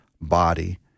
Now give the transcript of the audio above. body